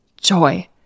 Joy